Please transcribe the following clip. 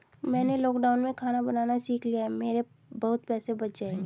मैंने लॉकडाउन में खाना बनाना सीख लिया है, मेरे बहुत पैसे बच जाएंगे